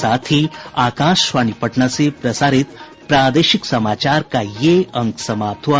इसके साथ ही आकाशवाणी पटना से प्रसारित प्रादेशिक समाचार का ये अंक समाप्त हुआ